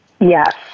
Yes